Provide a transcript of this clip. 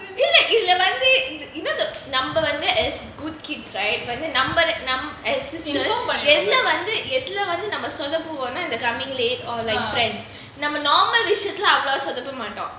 இல்ல இதுல வந்து:illa ithula vanthu you know the நம்ம வந்து:namma vanthu S good kids right number assistant எதுல வந்து எதுல வந்து நாம சொதப்புவோம்னா:ethula vanthu ethula vanthu naama sothapuvomna coming late or like friends நம்ம:namma normal wishes lah அவ்ளோவா சொதப்பமாட்டோம்:avalovaa sodhapamaatom also want to talk